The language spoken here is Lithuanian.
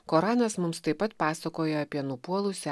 koranas mums taip pat pasakoja apie nupuolusį